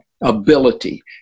ability